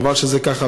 חבל שזה ככה,